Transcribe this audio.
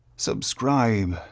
subscribe